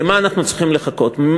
למה אנחנו צריכים לחכות?